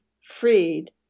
freed